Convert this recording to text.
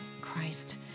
Christ